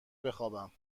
بخوابم